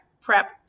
prep